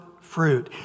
fruit